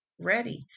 ready